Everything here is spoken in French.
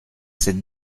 sept